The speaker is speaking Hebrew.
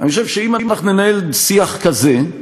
חושב שאם אנחנו ננהל שיח כזה,